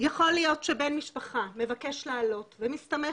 יכול להיות שבן משפחה מבקש לעלות ומסתמך